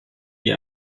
die